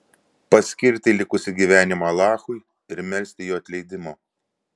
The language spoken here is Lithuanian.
paskirti likusį gyvenimą alachui ir melsti jo atleidimo